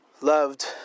loved